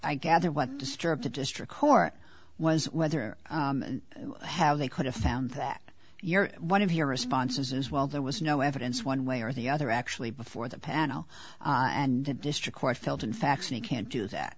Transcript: i gather what district to district court was whether how they could have found that your one of your responses as well there was no evidence one way or the other actually before the panel and the district court felt in facts and you can't do that